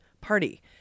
Party